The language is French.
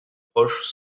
proches